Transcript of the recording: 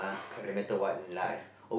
correct